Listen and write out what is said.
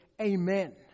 amen